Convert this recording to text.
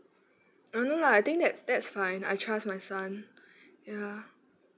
oh no lah I think that's that's fine I trust my son ya